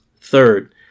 Third